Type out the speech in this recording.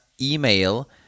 email